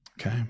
Okay